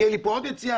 תהיה לו פה עוד יציאה,